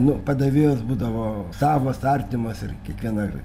nu padavėjos būdavo savos artimos ir kiekviena